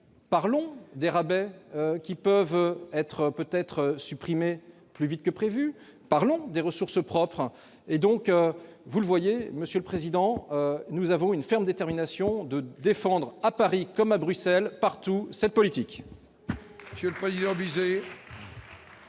parlons des rabais qui peuvent éventuellement être supprimés plus vite que prévu ! Parlons des ressources propres ! Vous le voyez, monsieur le président, nous avons une ferme détermination à défendre, à Paris comme à Bruxelles, partout, cette politique ! La parole est à M.